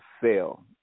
fail